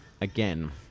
again